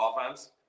offense